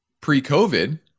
pre-COVID